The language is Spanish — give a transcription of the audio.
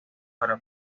para